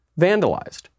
vandalized